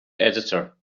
editor